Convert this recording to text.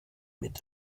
mit